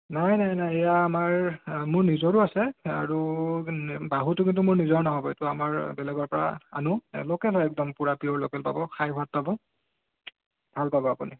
নাই নাই নাই এইয়া আমাৰ মোৰ নিজৰো আছে আৰু বাহুটো কিন্তু মোৰ নিজৰ নহ'ব এইটো আমাৰ বেলেগৰ পৰা আনো লোকেল হয় একদম পূৰা পিঅ'ৰ লোকেল পাব খাই সোৱাদ পাব ভাল পাব আপুনি